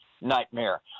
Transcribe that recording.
nightmare